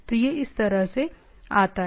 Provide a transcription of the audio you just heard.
तो यह इस तरह से आता है